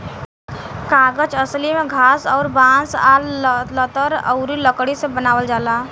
कागज असली में घास अउर बांस आ लतर अउरी लकड़ी से बनावल जाला